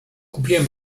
kupiłem